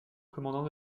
commandant